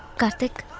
karthik,